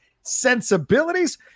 sensibilities